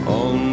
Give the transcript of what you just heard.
on